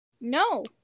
No